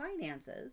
finances